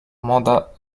mandat